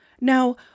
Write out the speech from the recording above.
Now